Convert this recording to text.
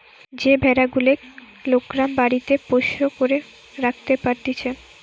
যে ভেড়া গুলেক লোকরা বাড়িতে পোষ্য করে রাখতে পারতিছে